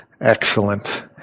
excellent